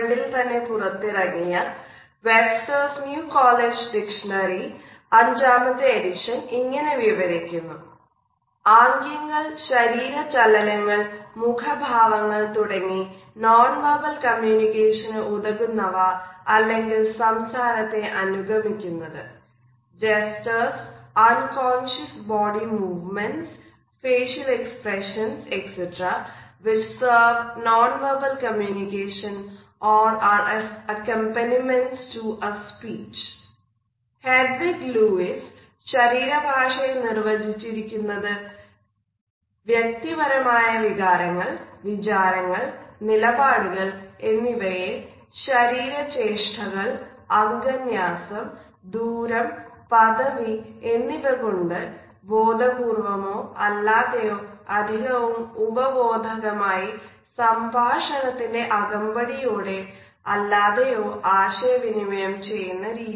2012 ൽ തന്നെ പുറത്തിറങ്ങിയ Webster's new college dictionary Webster's New World College Dictionary അഞ്ചാമത്തെ എഡിഷൻ ഇങ്ങനെ വിവരിക്കുന്നു "ആംഗ്യങ്ങൾ ശാരീരിക ചലനങ്ങൾ മുഖ ഭാവങ്ങൾ തുടങ്ങി നോൺ വെർബൽ കമ്മ്യൂണിക്കേഷനു ഉതകുന്നവ അല്ലെങ്കിൽ സംസാരത്തെ അനുഗമിക്കുന്നത്" "Gestures unconscious body movements facial expressions etc which serve nonverbal communication or as accompaniments to a speech"ഹെഡ്വിഗ് ലൂയിസ് ശരീരഭാഷയ നിർവചിച്ചിരിക്കുന്നത് "വ്യക്തിപരമായ ആയ വികാരങ്ങൾ വിചാരങ്ങൾ നിലപാടുകൾ എന്നിവയെ ശരീരചേഷ്ഠകൾ അംഗന്യാസം ദൂരം പദവി എന്നിവകൊണ്ടു ബോധപൂർവ്വമോ അല്ലാതെയോ അധികവും ഉപബോധകമയി സംഭാഷണത്തിൻറെ അകമ്പടിയോടെയോ അല്ലാതെയോ ആശയവിനിമയം ചെയ്യുന്ന രീതി